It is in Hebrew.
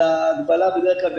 אלא הגבלה בדרך כלל,